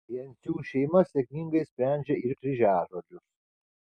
jencių šeima sėkmingai sprendžia ir kryžiažodžius